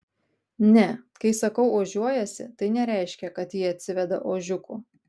ne kai sakau ožiuojasi tai nereiškia kad ji atsiveda ožiukų